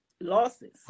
losses